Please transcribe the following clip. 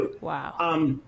Wow